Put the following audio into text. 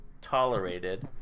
tolerated